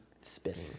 spinning